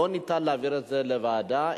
לא ניתן להעביר את זה לוועדה,